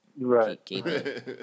right